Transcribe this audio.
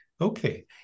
Okay